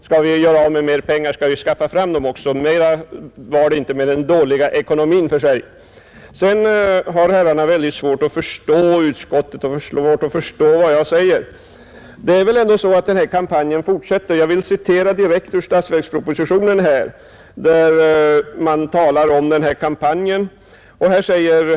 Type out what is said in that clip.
Skall vi göra av med mer pengar skall vi skaffa fram dem också. Mer än så sade jag inte om Sveriges dåliga ekonomi. Sedan har herrarna mycket svårt att förstå vad utskottet anfört och vad jag säger. Det är väl ändå så att denna kampanj fortsätter. Jag vill citera direkt ur statsverkspropositionen, där denna kampanj behandlas.